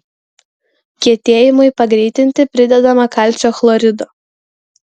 kietėjimui pagreitinti pridedama kalcio chlorido